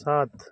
साथ